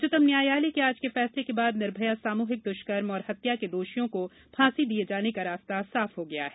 उच्चतम न्यायालय के आज के फैसले के बाद निर्भया सामूहिक दुष्कर्म और हत्या के दोषियों को फांसी दिये जाने का रास्ता साफ हो गया है